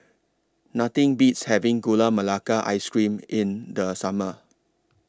Nothing Beats having Gula Melaka Ice Cream in The Summer